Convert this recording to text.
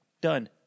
Done